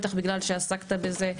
בטח בגלל שעסקת בזה,